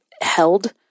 held